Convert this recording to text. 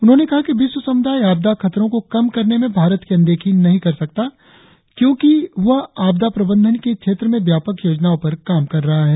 उन्होंने कहा कि विश्व समुदाय आपदा खतरों को कम करने में भारत की अनदेखी कर सकता क्योंकि वह आपदा प्रबंधन के क्षेत्र में व्यापक योजनाओं पर काम कर रहा है